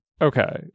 okay